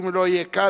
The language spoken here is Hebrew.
אם הוא לא יהיה כאן,